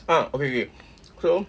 ah okay okay so